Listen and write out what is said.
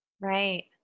Right